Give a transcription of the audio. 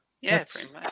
Yes